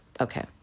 Okay